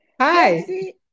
Hi